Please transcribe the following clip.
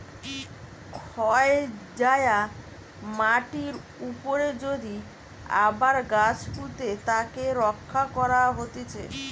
ক্ষয় যায়া মাটির উপরে যদি আবার গাছ পুঁতে তাকে রক্ষা করা হতিছে